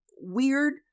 Weird